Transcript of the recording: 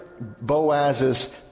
Boaz's